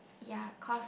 ya cause